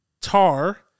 Tar